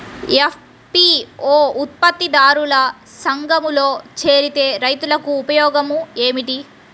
FPO ఉత్పత్తి దారుల సంఘములో చేరితే రైతులకు ఉపయోగము ఏమిటి?